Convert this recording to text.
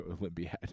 Olympiad